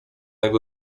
jego